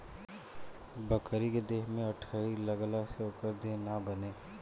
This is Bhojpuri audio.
बकरी के देह में अठइ लगला से ओकर देह ना बने